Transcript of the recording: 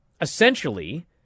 essentially